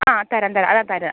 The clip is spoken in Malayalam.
ആ തരാം തരാം അത് തരാം